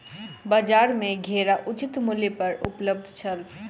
बजार में घेरा उचित मूल्य पर उपलब्ध छल